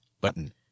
button